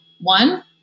one